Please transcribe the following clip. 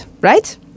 right